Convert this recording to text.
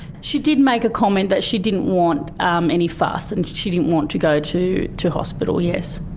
she did make a comment that she didn't want um any fuss, and she didn't want to go to to hospital, yes.